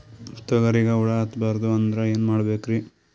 ತೊಗರಿಗ ಹುಳ ಹತ್ತಬಾರದು ಅಂದ್ರ ಏನ್ ಮಾಡಬೇಕ್ರಿ?